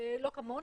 לא כמונו,